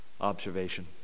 observation